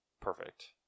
perfect